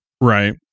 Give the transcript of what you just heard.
Right